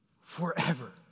forever